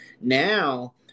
now